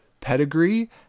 pedigree